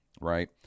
right